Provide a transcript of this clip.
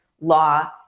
law